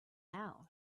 now